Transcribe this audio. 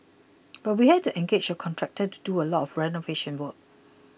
but we had to engage a contractor to do a lot of renovation work